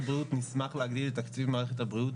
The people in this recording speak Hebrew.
של אחריות משותפת במקרים האלה.